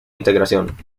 integración